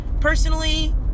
Personally